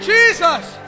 Jesus